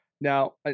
Now